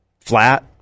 flat